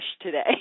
today